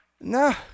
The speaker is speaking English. No